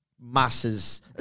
masses